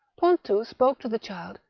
pontou spoke to the child,